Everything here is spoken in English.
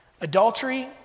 Adultery